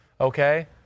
okay